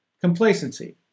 complacency